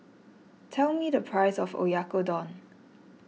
tell me the price of Oyakodon